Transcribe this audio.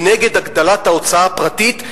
ומנגד הגדלת ההוצאה הפרטית,